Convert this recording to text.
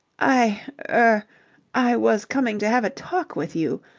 i er i was coming to have a talk with you.